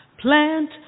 Plant